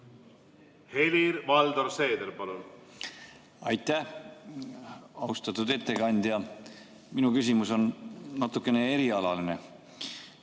Helir-Valdor Seeder, palun! Aitäh! Austatud ettekandja! Minu küsimus on natuke erialaline.